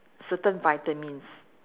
certain vitamins